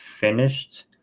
finished